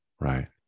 right